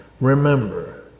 Remember